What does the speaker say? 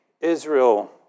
Israel